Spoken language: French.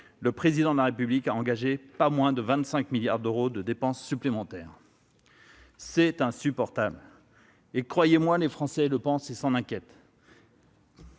le Président de la République a engagé pas moins de 25 milliards d'euros de dépenses supplémentaires. C'est insupportable ! Croyez-moi, les Français le pensent et s'en inquiètent.